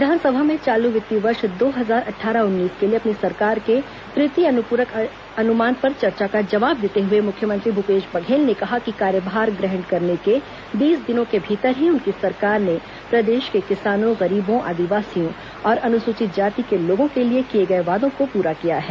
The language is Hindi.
विधानसभा में चालू वित्तीय वर्ष दो हजार अट्ठारह उन्नीस के लिए अपनी सरकार के तृतीय अनुपूरक अनुमान पर चर्चा का जवाब देते हुए मुख्यमंत्री भूपेश बघेल ने कहा कि कार्यभार ग्रहण करने के बीस दिनों के भीतर ही उनकी सरकार ने प्रदेश के किसानों गरीबों आदिवासियों और अनुसूचित जाति के लोगों के लिए किए गए वादों को पूरा किया है